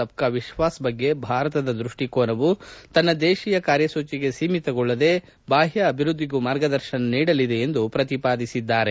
ಸಬ್ಕಾ ವಿಶ್ವಾಸ್ ಬಗ್ಗೆ ಭಾರತದ ದೃಷ್ಟಿಕೋನವು ತನ್ನ ದೇಶಿಯ ಕಾರ್ಯಸೂಚಿಗೆ ಸೀಮಿತಗೊಳ್ಳದೆ ಉದ್ದೇಶಪೂರ್ವಕವಾಗಿ ಬಾಹ್ನ ಅಭಿವ್ಬದ್ದಿಗೂ ಮಾರ್ಗದರ್ಶನ ನೀಡಲಿದೆ ಎಂದು ಪ್ರತಿಪಾದಿಸಿದ್ದಾರೆ